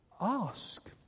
ask